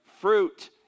fruit